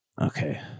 Okay